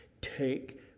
take